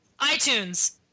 iTunes